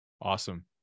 Awesome